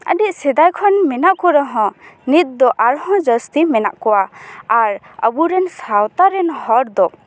ᱟᱹᱰᱤ ᱥᱮᱫᱟᱭ ᱠᱷᱚᱱ ᱢᱮᱱᱟᱜ ᱠᱚ ᱨᱮᱦᱚᱸ ᱱᱤᱛ ᱫᱚ ᱟᱨᱦᱚᱸ ᱡᱟᱹᱥᱛᱤ ᱢᱮᱱᱟᱜ ᱠᱚᱣᱟ ᱟᱨ ᱟᱵᱚᱨᱮᱱ ᱥᱟᱶᱛᱟ ᱨᱮᱱ ᱦᱚᱲ ᱫᱚ